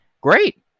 Great